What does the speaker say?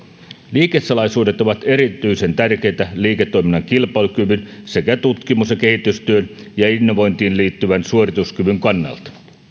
liikesalaisuudet ovat erityisen tärkeitä liiketoiminnan kilpailukyvyn sekä tutkimus ja kehitystyön ja innovointiin liittyvän suorituskyvyn kannalta